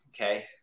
okay